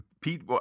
Pete